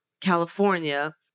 california